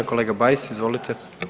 Kolega BAjs izvolite.